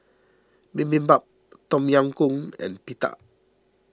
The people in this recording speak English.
Bibimbap Tom Yam Goong and Pita